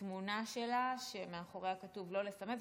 תמונה שלה שמאחוריה כתוב "לא לסמס",